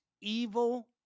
evil